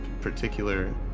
particular